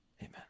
Amen